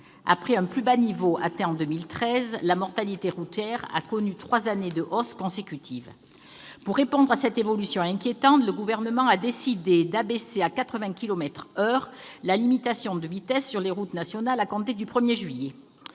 son plus bas niveau en 2013, la mortalité routière a connu trois années de hausse consécutives. Pour répondre à cette évolution inquiétante, le Gouvernement a décidé d'abaisser à 80 kilomètres par heure la limitation de vitesse sur les routes nationales à compter du 1 juillet.